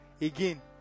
Again